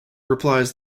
replies